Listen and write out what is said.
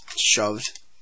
shoved